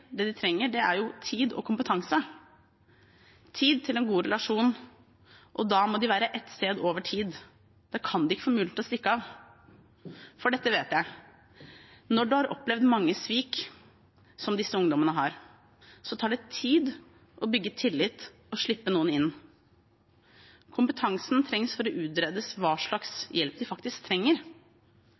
er tid og kompetanse – tid til en god relasjon, og da må de være ett sted over tid. Da kan de ikke få muligheten til å stikke av. For dette vet jeg: Når man har opplevd mange svik, som disse ungdommene har, tar det tid å bygge tillit og slippe noen inn. Kompetansen trengs for å utrede hva slags hjelp de faktisk trenger. Kompetansen trengs til å jobbe med det kognitive, eller hva det måtte være de trenger